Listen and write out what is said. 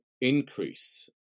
increase